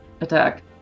attack